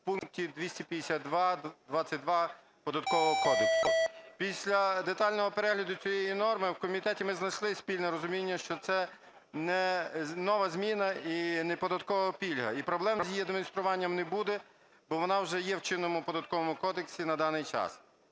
в пункті 252.22 Податкового кодексу. Після детального перегляду цієї норми в комітеті ми знайшли спільне розуміння, що це не нова зміна і не податкова пільга. І проблем з її адмініструванням не буде, бо вона вже є в чинному Податковому кодексі на даний час.